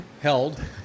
held